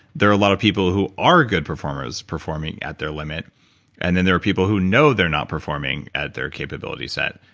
there are a lot of people who are good performers performing at their limit and then there are people who know they're not performing at their capability set,